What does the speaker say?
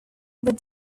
were